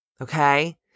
okay